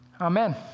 Amen